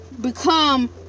become